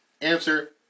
Answer